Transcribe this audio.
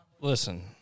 Listen